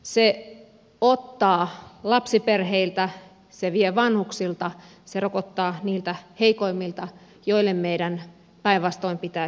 se ottaa lapsiperheiltä se vie vanhuksilta se rokottaa niiltä heikoimmilta joille meidän päinvastoin pitäisi antaa